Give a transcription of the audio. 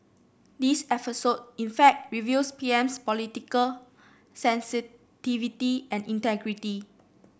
this episode in fact reveals PM's political sensitivity and integrity